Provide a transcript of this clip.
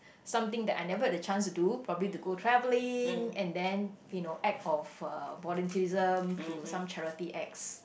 something that I never had the chance to do probably to go travelling and then you know act of uh volunteerism through some charity acts